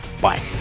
Bye